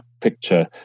picture